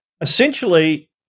essentially